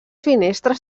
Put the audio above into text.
finestres